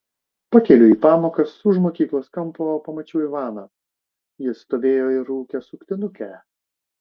pakeliui į pamokas už mokyklos kampo pamačiau ivaną jis stovėjo ir rūkė suktinukę